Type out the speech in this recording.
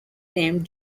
named